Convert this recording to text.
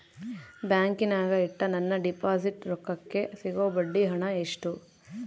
ಬ್ಯಾಂಕಿನಾಗ ಇಟ್ಟ ನನ್ನ ಡಿಪಾಸಿಟ್ ರೊಕ್ಕಕ್ಕೆ ಸಿಗೋ ಬಡ್ಡಿ ಹಣ ಎಷ್ಟು?